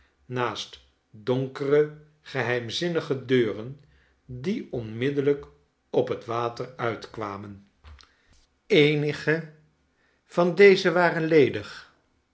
naast donkere geheimzinnige deuren die onmiddellijk op het water uitkwamen taeereelen uit italie eenige van deze waren ledig